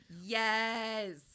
Yes